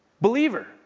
Believer